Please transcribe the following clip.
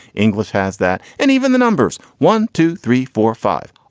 english has that. and even the numbers. one, two, three, four. five.